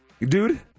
dude